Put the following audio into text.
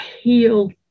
heal